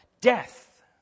Death